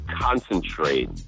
concentrate